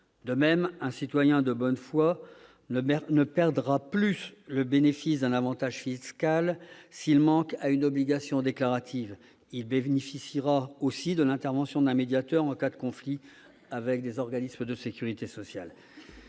De même, un citoyen de bonne foi ne perdra plus le bénéfice d'un avantage fiscal s'il manque à une obligation déclarative. Il bénéficiera aussi de l'intervention d'un médiateur en cas de conflit avec les organismes de sécurité sociale.